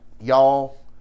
Y'all